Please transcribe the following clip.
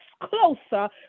closer